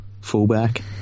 Fullback